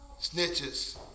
snitches